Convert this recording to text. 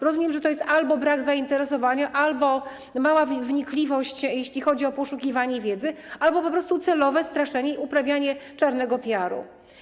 Rozumiem, że to jest albo brak zainteresowania, albo mała wnikliwość, jeśli chodzi o poszukiwanie wiedzy, albo po prostu celowe straszenie i uprawianie czarnego PR-u.